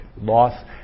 loss